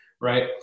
right